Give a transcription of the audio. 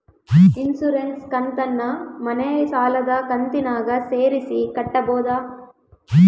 Insurance ಕಂತನ್ನ ಮನೆ ಸಾಲದ ಕಂತಿನಾಗ ಸೇರಿಸಿ ಕಟ್ಟಬೋದ?